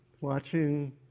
watching